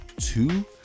two